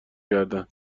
کردن